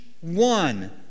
one